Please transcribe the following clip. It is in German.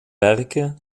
werke